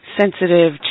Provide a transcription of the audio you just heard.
sensitive